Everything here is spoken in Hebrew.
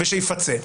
אז שיפצה,